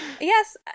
Yes